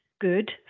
good